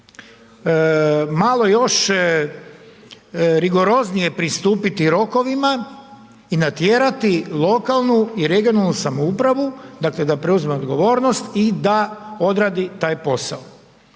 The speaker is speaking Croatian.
malo još rigoroznije pristupiti rokovima i natjerati lokalnu i regionalnu samoupravu da preuzme odgovornost i da odradi taj posao.